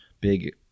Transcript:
big